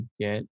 get